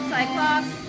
Cyclops